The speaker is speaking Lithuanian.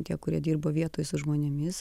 tie kurie dirbo vietoj su žmonėmis